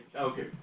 Okay